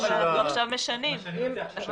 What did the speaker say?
עכשיו משנים את זה.